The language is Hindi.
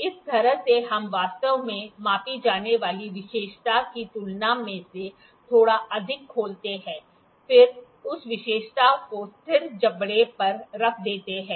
इस तरह से हम वास्तव में मापी जाने वाली विशेषता की तुलना में इसे थोड़ा अधिक खोलते हैं फिर उस विशेषता को स्थिर जबड़े पर रख देते हैं